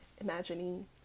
imagining